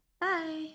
bye